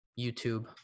youtube